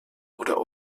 oder